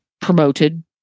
promoted